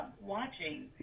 watching